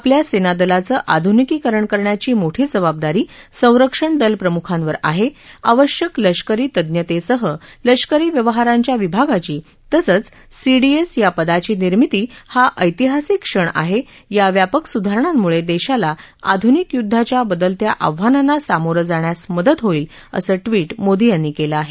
आपल्या सेनादलांचं आधुनिकीकरण करण्याची मोठी जबाबदारी संरक्षणदलप्रमुखांवर आहे आवश्यक लष्करी तज्ज्ञतेसह लष्करी व्यवहारांच्या विभागाची तसंच सीडीएस या पदाची निर्मिती हा ऐतिहासिक क्षण आहे या व्यापक सुधारणांमुळे देशाला आधुनिक युद्धाच्या बदलत्या आवाहनांना सामोरं जाण्यास मदत होईल असं ट्विट मोदी यांनी केलं आहे